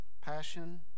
passion